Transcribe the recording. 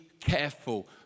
careful